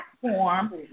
platform